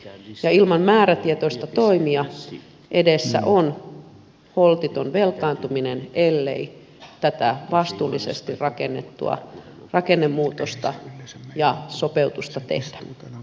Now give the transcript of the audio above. ja ilman määrätietoisia toimia edessä on holtiton velkaantuminen ellei tätä vastuullisesti rakennettua rakennemuutosta ja sopeutusta tehdä